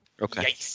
Okay